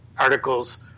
articles